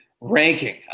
Ranking